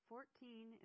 Fourteen